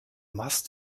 mast